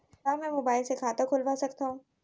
का मैं मोबाइल से खाता खोलवा सकथव?